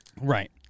right